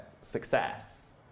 success